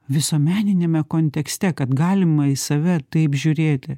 visuomeniniame kontekste kad galima į save taip žiūrėti